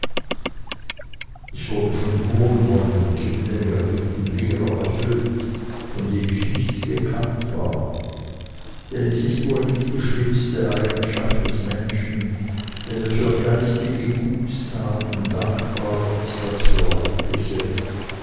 ich wurde von wohlwollen gegen den beredten lehrer erfüllt von dem ich nicht gekannt war denn es ist wohl nicht die schlimmste eigenschaft des menschen wenn er für geistige guttaten dankbarer ist als für leibliche